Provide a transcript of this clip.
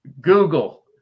Google